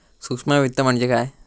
सूक्ष्म वित्त म्हणजे काय?